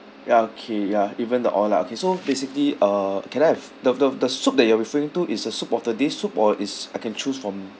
ya okay ya even the oil lah okay so basically uh can I have the the the soup that you're referring to is uh soup of the day soup or is I can choose from